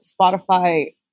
Spotify